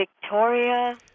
Victoria